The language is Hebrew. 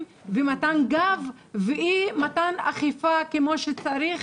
ומתן גב ואי מתן אכיפה כמו שצריך,